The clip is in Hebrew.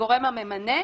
הגורם הממנה,